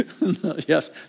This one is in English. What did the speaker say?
Yes